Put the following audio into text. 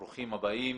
ברוכים הבאים.